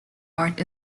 art